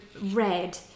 red